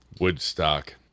Woodstock